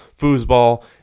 foosball